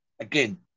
again